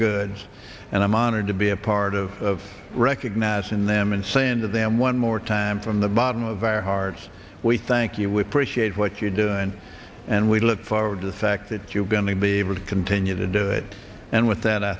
goods and i'm honored to be a part of recognizing them and saying to them one more time from the bottom of our hearts we thank you with appreciate what you're doing and we look forward to the fact that you're going to be able to continue to do that and with that i